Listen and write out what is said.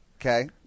okay